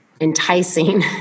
enticing